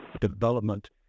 Development